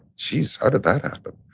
jeez, how did that happen?